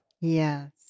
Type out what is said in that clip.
Yes